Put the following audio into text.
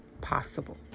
possible